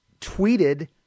tweeted